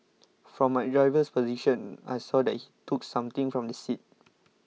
from my driver's position I saw that he took something from the seat